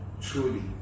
truly